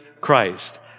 Christ